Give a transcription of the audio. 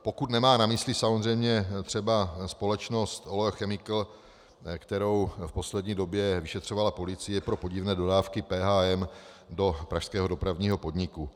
Pokud nemá na mysli samozřejmě třeba společnost Oleo Chemical, kterou v poslední době vyšetřovala policie pro podivné dodávky PHM do pražského Dopravního podniku.